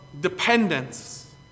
dependence